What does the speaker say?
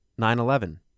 9-11